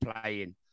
playing